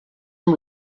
amb